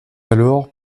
alors